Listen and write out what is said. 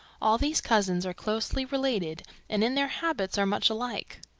all these cousins are closely related and in their habits are much alike.